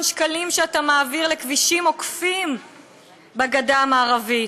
שקלים שאתה מעביר לכבישים עוקפים בגדה המערבית.